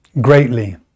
greatly